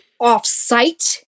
off-site